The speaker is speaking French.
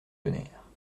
tonnerre